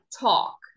talk